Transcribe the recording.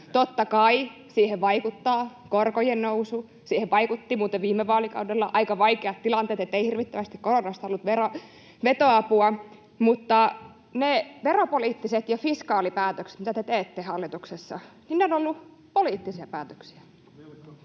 Totta kai siihen vaikuttaa korkojen nousu — siihen vaikuttivat muuten viime vaalikaudella aika vaikeat tilanteet, ei hirvittävästi koronasta ollut vetoapua — mutta ne veropoliittiset ja fiskaalipäätökset, mitä te teette hallituksessa, ovat olleet poliittisia päätöksiä.